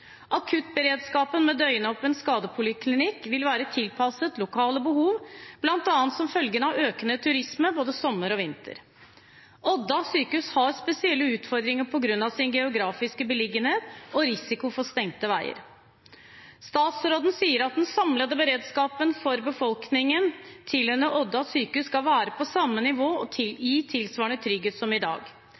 Akuttberedskapen med døgnåpen skadepoliklinikk vil være tilpasset lokale behov, bl.a. som følge av økende turisme både sommer og vinter. Odda sjukehus har spesielle utfordringer pga. sin geografiske beliggenhet og risiko for stengte veier. Statsråden sier at den samlede beredskapen for befolkningen tilhørende Odda sjukehus skal være på samme nivå og gi tilsvarende trygghet som i dag.